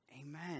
Amen